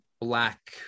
black